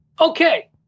okay